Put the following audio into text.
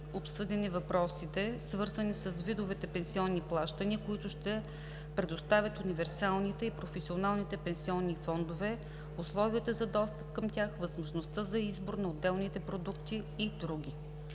обсъдени въпросите, свързани с видовете пенсионни плащания, които ще предоставят универсалните и професионалните пенсионни фондове, условията за достъп към тях, възможността за избор на отделните продукти и др.